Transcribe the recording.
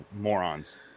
morons